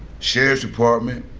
sheriff's department,